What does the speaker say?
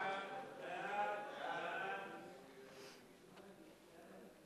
סעיף 1, כהצעת הוועדה, נתקבל.